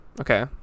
Okay